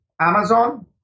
Amazon